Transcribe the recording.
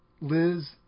Liz